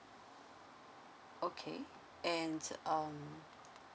okay and s~ um